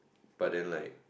but then like